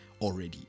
already